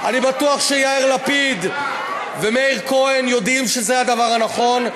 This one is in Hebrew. אני בטוח שיאיר לפיד ומאיר כהן יודעים שזה הדבר הנכון.